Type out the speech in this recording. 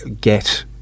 get